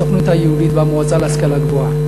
הסוכנות היהודית והמועצה להשכלה גבוהה.